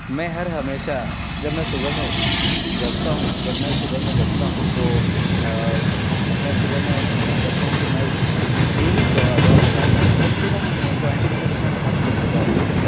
میں ہر ہمیشہ جب میں صبح میں جگتا ہوں جب میں صبح میں جگتا ہوں تو میں صبح میں جگتا ہوں تو میں ڈیلی دور لگاتا ہوں کم سے کم ٹوینٹی منٹس میں ہر ہمیشہ دوڑتا ہوں